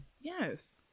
Yes